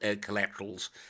collaterals